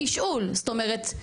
תשאול, זאת אומרת,